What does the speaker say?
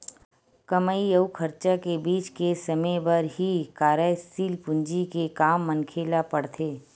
कमई अउ खरचा के बीच के समे बर ही कारयसील पूंजी के काम मनखे ल पड़थे